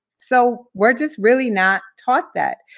so we're just really not taught that.